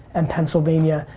and pennsylvania,